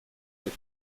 lete